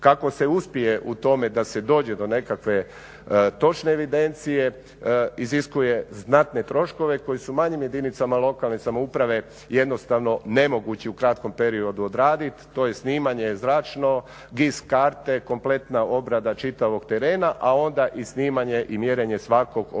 Kako se uspije u tome da se dođe do nekakve točne evidencije iziskuje znatne troškove koji su u manjim jedinicama lokalne samouprave jednostavno nemogući u kratkom periodu odraditi, to je snimanje zračno, GIS karte, kompletna obrada čitavog terena, a onda i snimanje i mjerenje svakog objekta